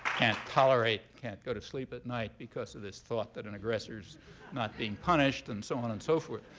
cant tolerate, can't go to sleep at night because of this thought that an aggressor's not being punished and so on and so forth.